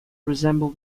resemble